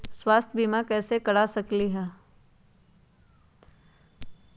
स्वाथ्य बीमा कैसे करा सकीले है?